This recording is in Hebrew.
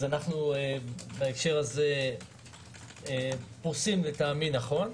בהקשר הזה אנחנו פרוסים לטעמי נכון.